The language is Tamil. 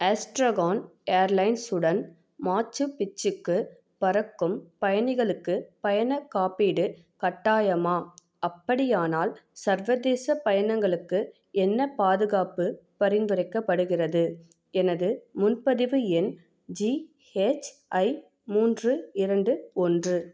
ஆஸ்ட்ரகான் ஏர்லைன்ஸ் உடன் மாச்சுபிச்சுக்கு பறக்கும் பயணிகளுக்கு பயனர் காப்பீடு கட்டாயமா அப்படியானால் சர்வதேச பயணங்களுக்கு என்ன பாதுகாப்பு பரிந்துரைக்கப்படுகிறது எனது முன்பதிவு எண் ஜி ஹெச் ஐ மூன்று இரண்டு ஒன்று